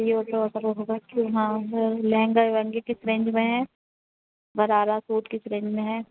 ی تور ہوگا کہ ہاں لہنگا وہنگے کس رینج میں ہے برارہ سوٹ کس رینج میں ہے